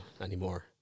anymore